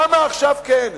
למה עכשיו כן?